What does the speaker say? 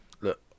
look